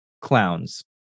Clowns